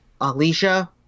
Alicia